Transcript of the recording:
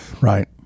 Right